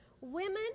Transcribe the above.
women